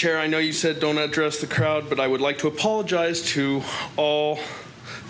chair i know you said don't address the crowd but i would like to apologize to all